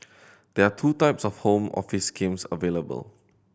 there are two types of Home Office schemes available